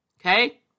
Okay